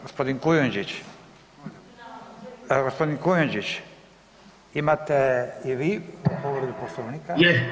Gospodin Kujundžić, gospodin Kujundžić imate i vi povredu Poslovnika.